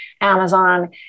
Amazon